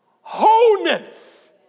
Wholeness